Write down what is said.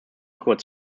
kurz